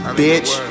bitch